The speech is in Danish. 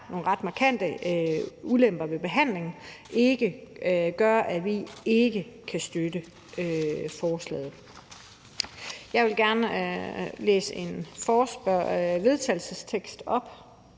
nogle ret markante ulemper ved behandlingen, gør, at vi ikke kan støtte forslaget. Jeg vil gerne på vegne af